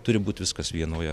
turi būt viskas vienoje